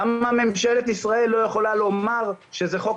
למה ממשלת ישראל לא יכולה לומר שזה חוק